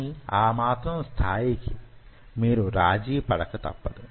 కాని ఆ మాత్రం స్థాయికి మీరు రాజీ పడక తప్పదు